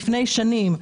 לפני שנים,